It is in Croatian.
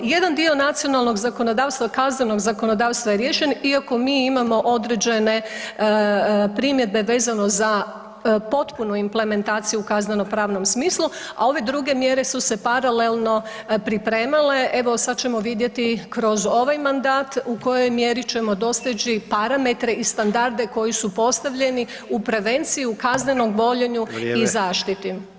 Jedan dio nacionalnog zakonodavstva, kaznenog zakonodavstva je riješen iako mi imamo određene primjedbe vezano za potpunu implementaciju u kaznenopravnom smislu a ove druge mjere su se paralelno pripremale, evo sad ćemo vidjet kroz ovaj mandat u kojoj mjeri ćemo doseći parametre i standarde koji su postavljeni u prevenciju, kaznenom gonjenju i zaštiti.